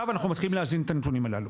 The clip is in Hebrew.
אנחנו מתחילים להזין את הנתונים הללו.